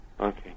Okay